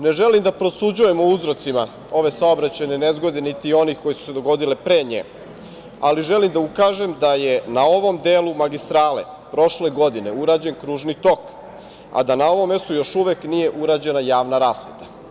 Ne želim da prosuđujem o uzrocima ove saobraćajne nezgode, niti onih koje su se dogodile pre nje, ali želim da ukažem da je na ovom delu magistrale prošle godine urađen kružni tok, a da na ovom mestu još uvek nije urađena javna rasveta.